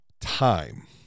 time